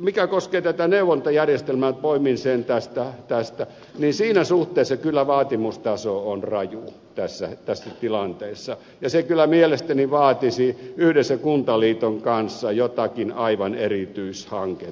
mikä koskee tätä neuvontajärjestelmää poimin sen tästä niin siinä suhteessa kyllä vaatimustaso on raju tässä tilanteessa ja se kyllä mielestäni vaatisi yhdessä kuntaliiton kanssa jotakin aivan erityishanketta